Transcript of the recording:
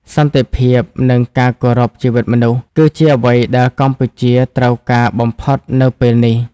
សន្តិភាព និងការគោរពជីវិតមនុស្ស គឺជាអ្វីដែលកម្ពុជាត្រូវការបំផុតនៅពេលនេះ។